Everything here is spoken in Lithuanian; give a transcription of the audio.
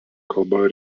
kalba